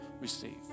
receive